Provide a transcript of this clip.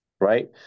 right